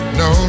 no